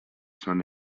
són